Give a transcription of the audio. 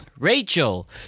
Rachel